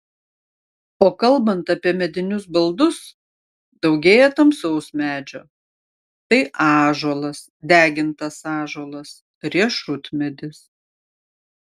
o kalbant apie medinius baldus daugėja tamsaus medžio tai ąžuolas degintas ąžuolas riešutmedis